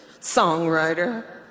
songwriter